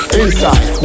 inside